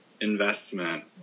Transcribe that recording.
investment